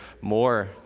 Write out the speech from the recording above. more